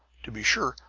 to be sure,